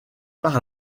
par